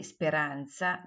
Speranza